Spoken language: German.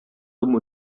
dumm